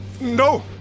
No